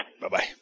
Bye-bye